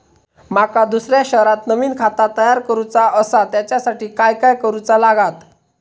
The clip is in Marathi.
माका दुसऱ्या शहरात नवीन खाता तयार करूचा असा त्याच्यासाठी काय काय करू चा लागात?